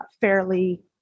fairly